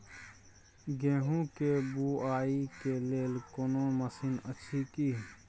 गेहूँ के बुआई के लेल कोनो मसीन अछि की?